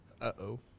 Uh-oh